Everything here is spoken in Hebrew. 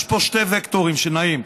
יש פה שתי וקטורים שנעים,